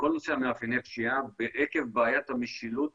בכל נושא מאפייני הפשיעה ועקב בעיית המשילות הקשה,